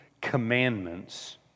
commandments